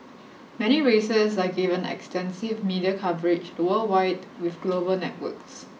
many races are given extensive media coverage worldwide with global networks